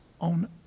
on